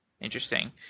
interesting